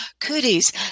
Cooties